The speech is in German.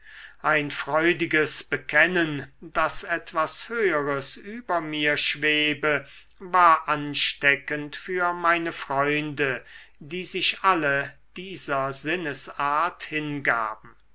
ein freudiges bekennen daß etwas höheres über mir schwebe war ansteckend für meine freunde die sich alle dieser sinnesart hingaben